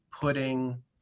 putting